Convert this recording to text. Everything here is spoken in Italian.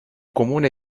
comune